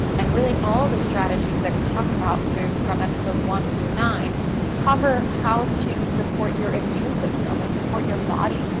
and really, all the strategies that we talk about from episode one through nine cover how to support your immune system and support your body.